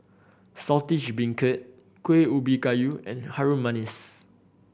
Saltish Beancurd Kueh Ubi Kayu and Harum Manis